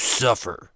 suffer